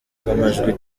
bw’amajwi